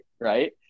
right